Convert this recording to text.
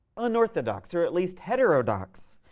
unorthodox, or at least heterodox,